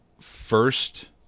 first